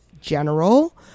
general